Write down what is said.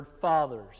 Fathers